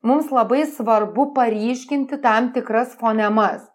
mums labai svarbu paryškinti tam tikras fonemas